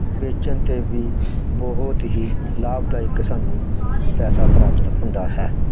ਵੇਚਣ 'ਤੇ ਵੀ ਬਹੁਤ ਹੀ ਲਾਭਦਾਇਕ ਸਾਨੂੰ ਪੈਸਾ ਪ੍ਰਾਪਤ ਹੁੰਦਾ ਹੈ